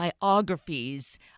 biographies